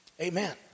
Amen